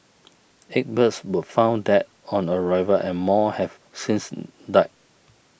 eight birds were found dead on arrival and more have since died